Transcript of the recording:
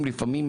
לפעמים,